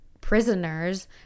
prisoners